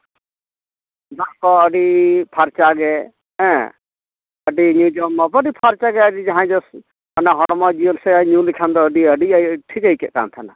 ᱫᱟᱜ ᱠᱚ ᱟᱹᱰᱤ ᱯᱷᱟᱨᱪᱟ ᱜᱮ ᱦᱮᱸ ᱟᱹᱰᱤ ᱧᱮᱞ ᱡᱚᱝ ᱟᱹᱰᱤ ᱯᱷᱟᱨᱪᱟ ᱜᱮ ᱦᱚᱲᱢᱚ ᱡᱤᱭᱟᱹᱲ ᱥᱮ ᱧᱩ ᱞᱮᱠᱷᱟᱱ ᱫᱚ ᱟᱹᱰᱤ ᱟᱹᱰᱤ ᱴᱷᱤᱠ ᱟᱹᱭᱠᱟᱹᱜ ᱠᱟᱱ ᱛᱟᱦᱮᱱᱟ